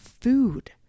food